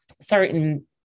certain